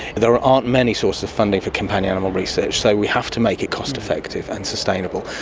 there aren't many sources of funding for companion animal research. so we have to make it cost effective and sustainable,